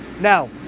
Now